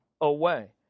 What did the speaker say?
away